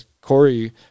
Corey